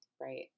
Right